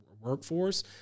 workforce